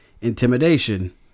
intimidation